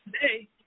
today